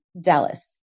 Dallas